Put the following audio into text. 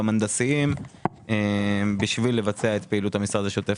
גם הנדסיים כדי לבצע את פעילות המשרד השוטפת.